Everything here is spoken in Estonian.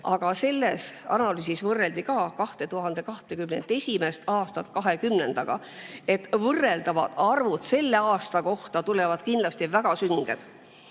Selles analüüsis võrreldi ka 2021. aastat 2020. aastaga. Võrreldavad arvud selle aasta kohta tulevad kindlasti väga sünged.